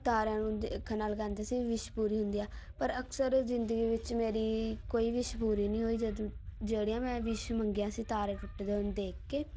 ਤਾਰਿਆਂ ਨੂੰ ਦੇਖਣ ਨਾਲ ਕਹਿੰਦੇ ਸੀ ਵਿਸ਼ ਪੂਰੀ ਹੁੰਦੀ ਆ ਪਰ ਅਕਸਰ ਜ਼ਿੰਦਗੀ ਵਿੱਚ ਮੇਰੀ ਕੋਈ ਵਿਸ਼ ਪੂਰੀ ਨਹੀਂ ਹੋਈ ਜਦੋਂ ਜਿਹੜੀਆਂ ਮੈਂ ਵਿਸ਼ ਮੰਗੀਆਂ ਸੀ ਤਾਰੇ ਟੁੱਟਦੇ ਹੋਏ ਨੂੰ ਦੇਖ ਕੇ